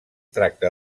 tracta